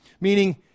meaning